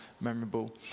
memorable